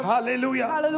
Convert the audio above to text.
Hallelujah